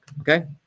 okay